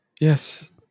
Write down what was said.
yes